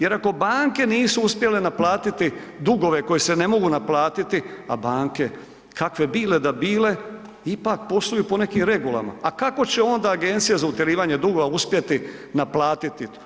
Jer ako banke nisu uspjele naplatiti dugove koji se ne mogu naplatiti, a banke kakve bile da bile ipak posluju po nekim regulama, a kako će onda Agencije za utjerivanje dugova uspjeti naplatiti?